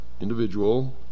individual